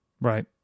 Right